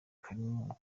karimo